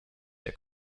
der